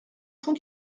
cent